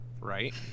Right